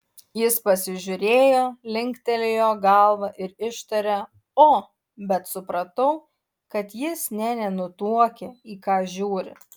jis pasižiūrėjo linktelėjo galva ir ištarė o bet supratau kad jis nė nenutuokia į ką žiūri